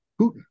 Putin